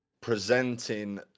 presenting